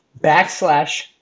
backslash